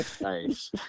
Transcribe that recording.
nice